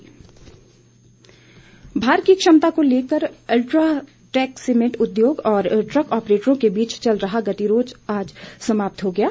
गोबिंद ठाक्र भार की क्षमता को लेकर अल्ट्राटेक सीमेंट उद्योग और ट्रक ऑपरेटरों के बीच चल रहा गतिरोध आज समाप्त हो गया है